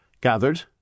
gathered